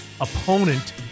opponent